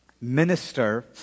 minister